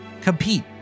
compete